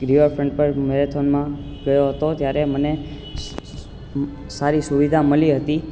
ગ્રીવર ફેન પર મેરેથોનમાં ગયો હતો ત્યારે મને સારી સુવિધા મળી હતી